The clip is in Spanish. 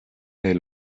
del